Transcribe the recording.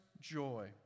joy